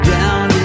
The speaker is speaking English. down